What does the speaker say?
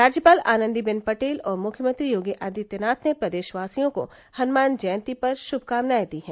राज्यपाल आनन्दी बेन पटेल और मुख्यमंत्री योगी आदित्यनाथ ने प्रदेशवासियों को हनुमान जयंती पर शुभाकामनाएं दी हैं